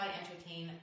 entertain